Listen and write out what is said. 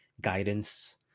guidance